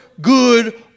good